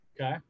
Okay